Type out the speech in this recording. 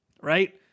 right